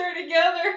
together